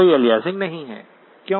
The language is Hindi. कोई अलियासिंग नहीं है